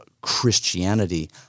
Christianity